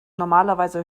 normalerweise